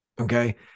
Okay